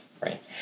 right